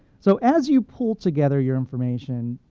so as you pull together your information,